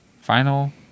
final